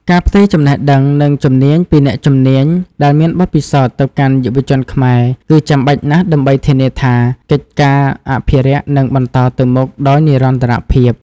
ការផ្ទេរចំណេះដឹង និងជំនាញពីអ្នកជំនាញដែលមានបទពិសោធន៍ ទៅកាន់យុវជនខ្មែរ គឺចាំបាច់ណាស់ដើម្បីធានាថា កិច្ចការអភិរក្សនឹងបន្តទៅមុខដោយនិរន្តរភាព។